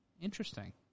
Interesting